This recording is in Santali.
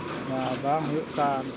ᱱᱚᱣᱟ ᱵᱟᱝ ᱦᱩᱭᱩᱜ ᱠᱟᱱ